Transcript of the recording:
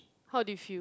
how do you feel